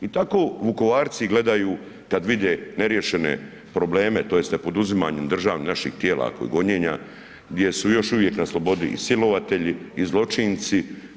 I tako Vukovarci gledaju kada vide neriješene probleme tj. nepoduzimanje naših tijela kod gonjenja gdje su još uvijek na slobodi i silovatelji i zločinci.